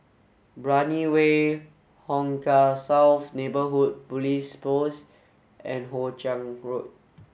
Brani Way Hong Kah South Neighbourhood Police Post and Hoe Chiang Road